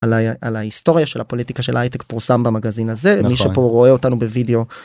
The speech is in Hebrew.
על ההיסטוריה של הפוליטיקה של הייטק פורסם במגזין הזה מי שפה רואה אותנו בווידאו.